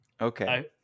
Okay